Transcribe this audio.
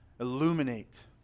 illuminate